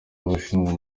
abashinzwe